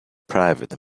private